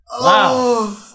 Wow